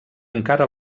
encara